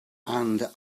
and